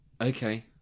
Okay